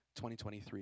2023